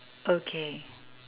okay